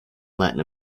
latin